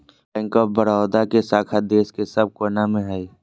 bank of Baroda के शाखा देश के सब कोना मे हय